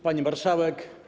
Pani Marszałek!